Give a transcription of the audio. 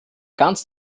ganz